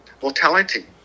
mortality